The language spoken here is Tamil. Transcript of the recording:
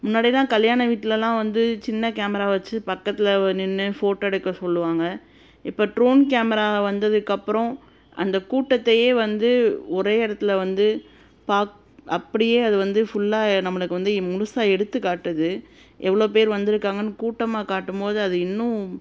முன்னாடியெலாம் கல்யாண வீட்டிலலாம் வந்து சின்ன கேமரா வச்சு பக்கத்தில் நின்று ஃபோட்டோ எடுக்க சொல்லுவாங்கள் இப்போ ட்ரோன் கேமரா வந்ததுக்கு அப்புறம் அந்த கூட்டத்தையே வந்து ஒரே இடத்துல வந்து பாக் அப்படியே அது வந்து ஃபுல்லாக நம்மளுக்கு வந்து முழுசா எடுத்துக்காட்டுது எவ்வளோ பேர் வந்திருக்காங்கனு கூட்டமாக காட்டும் போது அது இன்னும்